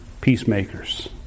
peacemakers